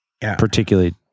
particularly